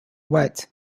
wet